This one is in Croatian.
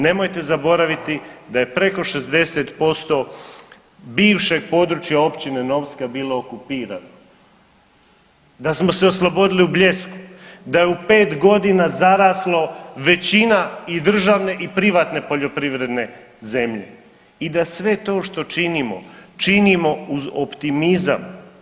Nemojte zaboraviti da je preko 60% bivšeg područja općine Novska bilo okupirano, da smo se oslobodili u Bljesku, da je u 5 godina zaraslo većina i državne i privatne poljoprivredne zemlje i da sve to što činimo, činimo uz optimizam.